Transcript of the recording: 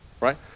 right